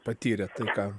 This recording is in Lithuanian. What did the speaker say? patyrė tai ką